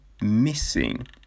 missing